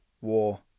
War